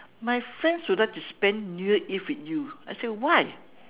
my friends would like to spend new year eve with you I said why